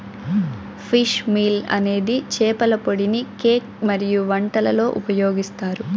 fish meal అనేది చేపల పొడిని కేక్ మరియు వంటలలో ఉపయోగిస్తారు